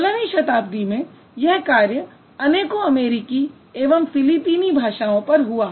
16वीं शताब्दी में यह कार्य अनेकों अमेरिकी एवं फिलीपीनी भाषाओं पर हुआ